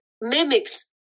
mimics